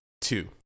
two